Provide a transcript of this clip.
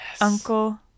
Uncle